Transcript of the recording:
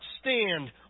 stand